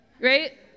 right